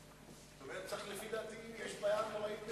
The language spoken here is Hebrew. לפי דעתי יש בעיה נוראית בצה"ל,